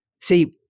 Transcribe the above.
See